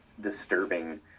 disturbing